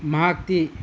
ꯃꯍꯥꯛꯇꯤ